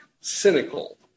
cynical